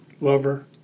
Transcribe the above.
lover